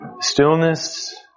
stillness